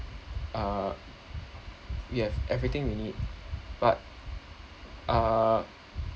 uh we have everything we need but uh